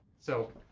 so.